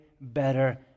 better